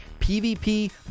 PvP